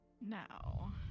Now